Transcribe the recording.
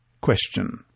Question